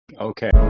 okay